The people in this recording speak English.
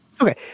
Okay